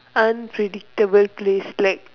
unpredictable place like